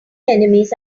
enemies